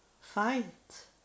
fight